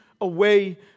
away